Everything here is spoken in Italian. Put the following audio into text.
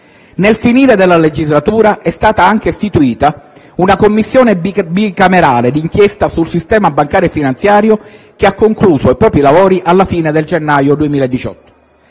Nel finire della legislatura è stata anche istituita una Commissione bicamerale di inchiesta sul sistema bancario e finanziario, che ha concluso i propri lavori alla fine di gennaio 2018.